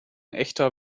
echter